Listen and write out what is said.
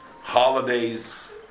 holidays